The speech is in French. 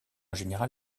général